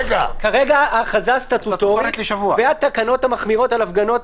כרגע ההכרזה הסטטוטורית והתקנות המחמירות על הפגנות,